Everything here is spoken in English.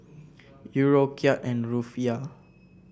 Euro Kyat and Rufiyaa